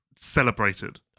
celebrated